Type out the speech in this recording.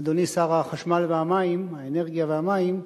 אדוני שר האנרגיה והמים,